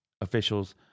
officials